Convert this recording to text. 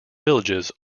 villages